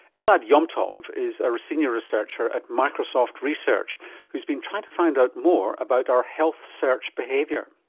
elad yom tov is a senior researcher at microsoft research who has been trying to find out more about our health search behaviour.